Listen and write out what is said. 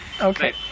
Okay